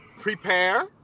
Prepare